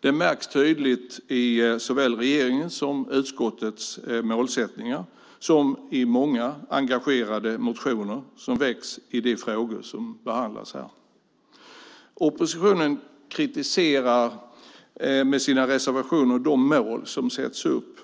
Det märks tydligt i såväl regeringens och utskottets målsättningar som i många engagerade motioner som väcks i de frågor som behandlas. Oppositionen kritiserar med sina reservationer de mål som sätts upp.